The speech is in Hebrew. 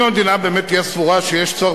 אם המדינה באמת תהיה סבורה שיש צורך